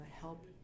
help